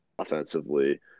Offensively